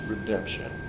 redemption